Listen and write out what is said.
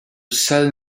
sell